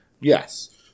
Yes